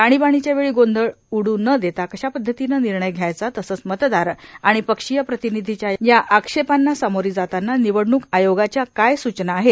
आणीबाणीच्या वेळी गोंधळ न उड् देता कशा पद्धतीने निर्णय घ्यायचा तसेच मतदार आणि पक्षीय प्रतिनिधीच्या या आक्षेपांना सामोरी जाताना निवडणूक आयोगाच्या काय सूचना आहेत